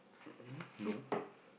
mm no